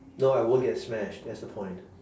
no I won't get smashed that's the point